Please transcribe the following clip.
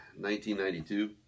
1992